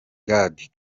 gad